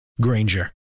Granger